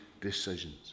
decisions